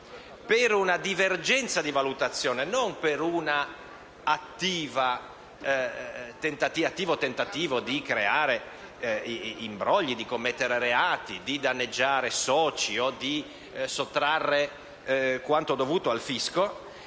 a pene molto pesanti, e non per un attivo tentativo di creare imbrogli, di commettere reati, di danneggiare soci o di sottrarre quanto dovuto al fisco,